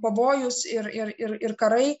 pavojus ir ir ir karai